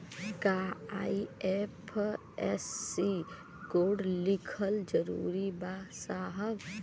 का IFSC code लिखल जरूरी बा साहब?